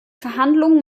verhandlungen